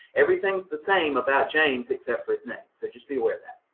everything's the same about james, except for his name. so just be aware of that.